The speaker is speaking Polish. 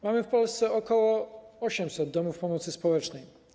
Mamy w Polsce ok. 800 domów pomocy społecznej.